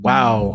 Wow